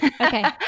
Okay